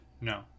No